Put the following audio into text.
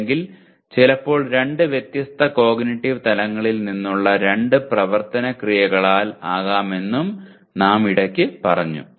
അല്ലെങ്കിൽ ചിലപ്പോൾ രണ്ട് വ്യത്യസ്ത കോഗ്നിറ്റീവ് തലങ്ങളിൽ നിന്നുള്ള രണ്ട് പ്രവർത്തന ക്രിയകളാൽ ആകാമെന്നും നാം ഇടയ്ക്കു പറഞ്ഞു